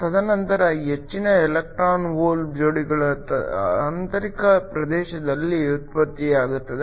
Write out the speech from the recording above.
ತದನಂತರ ಹೆಚ್ಚಿನ electron hole ಜೋಡಿಗಳು ಆಂತರಿಕ ಪ್ರದೇಶದಲ್ಲಿ ಉತ್ಪತ್ತಿಯಾಗುತ್ತವೆ